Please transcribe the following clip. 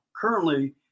currently